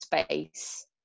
space